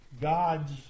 gods